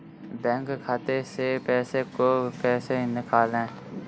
Bank खाते से पैसे को कैसे निकालें?